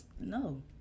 No